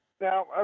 Now